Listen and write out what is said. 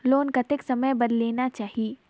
Loan कतेक समय बर लेना चाही?